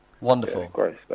Wonderful